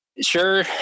sure